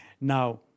Now